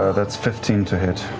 that's fifteen to hit.